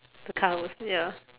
the car was ya